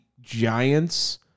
Giants